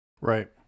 Right